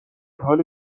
حال